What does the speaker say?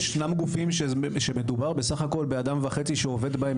כי ישנם גופים שמדובר בסך הכל באדם וחצי שעובד בהם,